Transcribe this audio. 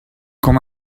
com